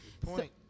point